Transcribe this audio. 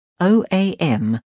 OAM